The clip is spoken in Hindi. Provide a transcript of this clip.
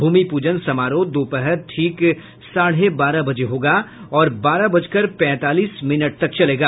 भूमि पूजन समारोह दोपहर ठीक साढे बारह बजे होगा और बारह बजकर पैंतालीस मिनट तक चलेगा